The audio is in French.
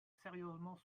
sérieusement